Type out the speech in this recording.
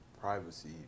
privacy